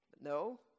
No